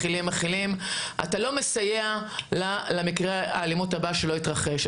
אתה לא מסייע למקרה האלימות הבא שלא יתרחש,